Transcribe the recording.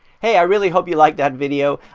hey, i really hope you liked that video.